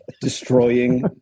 Destroying